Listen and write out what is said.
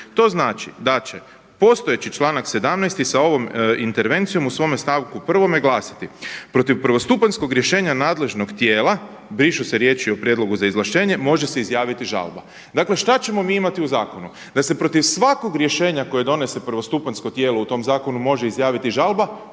To znači da će postojeći članak 17. sa ovom intervencijom u svome stavku 1. glasiti protiv prvostupanjskog rješenja nadležnog tijela brišu se riječi o prijedlogu za izvlaštenje može se izjaviti žalba. Dakle šta ćemo mi imati u zakonu? Da se protiv svakog rješenja koje donese prvostupanjsko tijelo u tom zakonu može izjaviti žalba